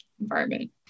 environment